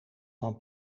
van